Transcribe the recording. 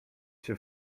się